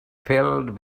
filled